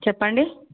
చెప్పండి